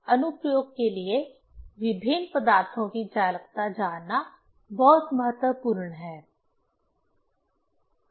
अनुप्रयोग के लिए विभिन्न पदार्थों की चालकता जानना बहुत महत्वपूर्ण है